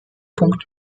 punkt